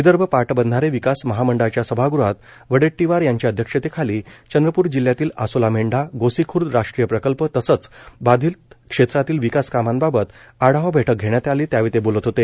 विदर्भ पाटबंधारे विकास महामंडळाच्या सभागृहात वडेट्टीवार यांच्या अध्यक्षतेखाली चंद्रप्र जिल्ह्यातील आसोलामेंढा गोसीखर्द राष्ट्रीय प्रकल्प तसंच बाधित क्षेत्रातील विकास कामांबाबत आढावा बैठक घेण्यात आली त्यावेळी ते बोलत होते